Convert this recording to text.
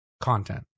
content